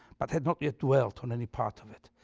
but had not yet dwelt on any part of it,